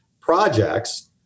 projects